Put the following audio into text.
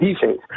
defense